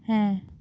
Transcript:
ᱦᱮᱸ